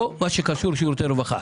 לא קשור לשירותי רווחה.